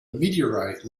meteorite